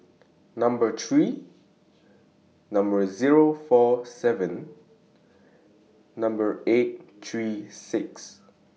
Number three Number Zero four seven Number eight three six